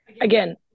Again